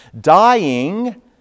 dying